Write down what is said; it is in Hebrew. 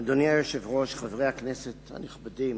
אדוני היושב-ראש, חברי הכנסת הנכבדים,